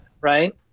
Right